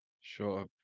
sure